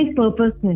purpose